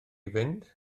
fynd